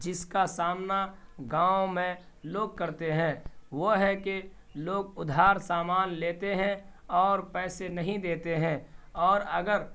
جس کا سامنا گاؤں میں لوگ کرتے ہیں وہ ہے کہ لوگ ادھار سامان لیتے ہیں اور پیسے نہیں دیتے ہیں اور اگر